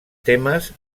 temes